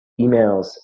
emails